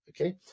okay